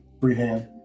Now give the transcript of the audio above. Freehand